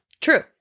True